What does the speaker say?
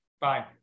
Bye